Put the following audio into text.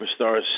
superstars